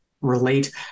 relate